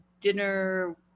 dinner